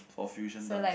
for fusion dance